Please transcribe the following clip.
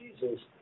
Jesus